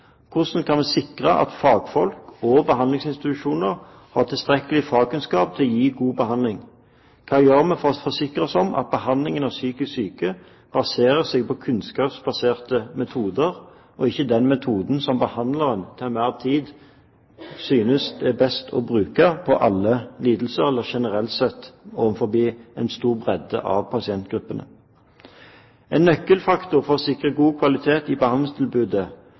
Hvordan kan vi sikre at fagfolk og behandlingsinstitusjoner har tilstrekkelig fagkunnskap til å gi god behandling? Hva gjør vi for å forsikre oss om at behandlingen av psykisk syke baserer seg på kunnskapsbaserte metoder, og ikke den metoden som behandleren til enhver tid synes er best å bruke på alle lidelser, eller generelt sett overfor en stor bredde av pasientgrupper? En nøkkelfaktor for å sikre god kvalitet i behandlingstilbudet